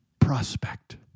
prospect